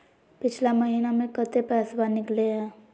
पिछला महिना मे कते पैसबा निकले हैं?